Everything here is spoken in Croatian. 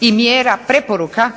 i mjera preporuka